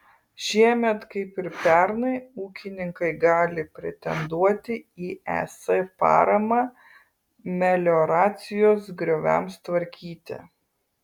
šiemet kaip ir pernai ūkininkai gali pretenduoti į es paramą melioracijos grioviams tvarkyti